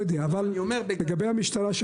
אבל לגבי המשטרה,